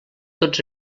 tots